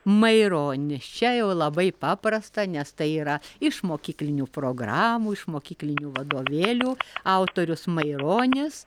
maironis čia jau labai paprasta nes tai yra iš mokyklinių programų iš mokyklinių vadovėlių autorius maironis